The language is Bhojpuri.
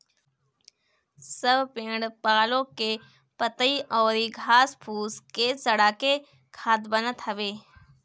सब पेड़ पालो के पतइ अउरी घास फूस के सड़ा के खाद बनत हवे